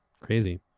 Crazy